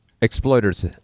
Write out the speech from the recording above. exploiters